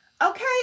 Okay